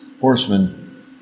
Horseman